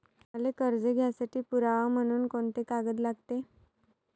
मले कर्ज घ्यासाठी पुरावा म्हनून कुंते कागद लागते?